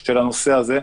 של הנושא הזה,